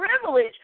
privilege